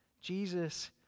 Jesus